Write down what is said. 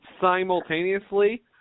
Simultaneously